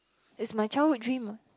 is my childhood dream ah